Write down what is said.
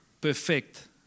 perfect